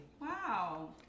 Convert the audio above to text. Wow